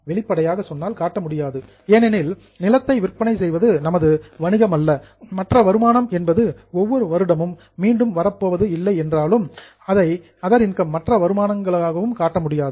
வெளிப்படையாக சொன்னால் காட்ட முடியாது ஏனெனில் நிலத்தை விற்பனை செய்வது நமது வணிகம் அல்ல மற்ற வருமானம் என்பது ஒவ்வொரு வருடமும் மீண்டும் வரப்போவது இல்லை என்றாலும் அதை அதர் இன்கம் மற்ற வருமானமாகவும் காட்ட முடியாது